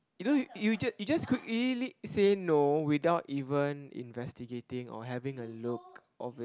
you don't you you just could really say no without even investigating or having a look of it